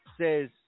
says